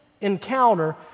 encounter